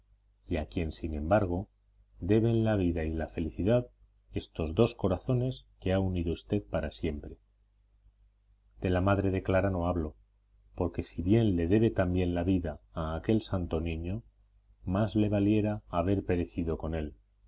a quien sin embargo deben la vida y la felicidad estos dos corazones que ha unido usted para siempre de la madre de clara no hablo porque si bien le debe también la vida a aquel santo niño más le valiera haber perecido con él